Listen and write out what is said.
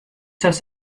das